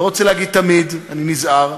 לא רוצה להגיד "תמיד", אני נזהר,